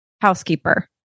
housekeeper